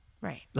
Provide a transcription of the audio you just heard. Right